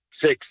six